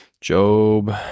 Job